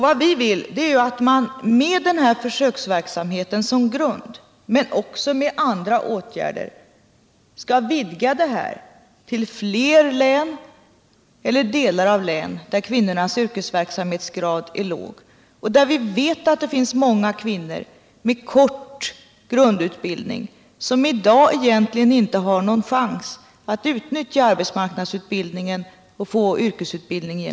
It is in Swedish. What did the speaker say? Vad vi vill är att man med denna försöksverksamhet som grund men också med andra åtgärder skall vidga det arbetet till fler län eller delar av län, där kvinnornas yrkesverksamhetsgrad är låg och där vi vet att det finns många kvinnor med kort grundutbildning som i dag egentligen inte har någon chans att utnyttja arbetsmarknadsutbildningen och därigenom få yrkesutbildning.